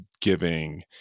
giving